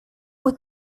muy